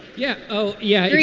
yeah oh yeah.